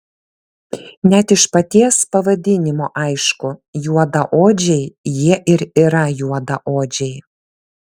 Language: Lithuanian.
net iš paties pavadinimo aišku juodaodžiai jie ir yra juodaodžiai